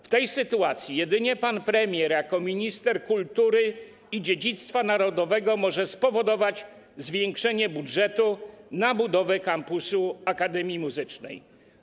W tej sytuacji jedynie pan premier jako minister kultury i dziedzictwa narodowego może spowodować zwiększenie budżetu na budowę kampusu akademii muzycznej.